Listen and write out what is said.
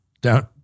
down